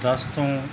ਦਸ ਤੋਂ